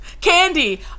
Candy